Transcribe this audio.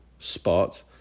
Spot